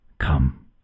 Come